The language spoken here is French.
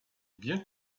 bien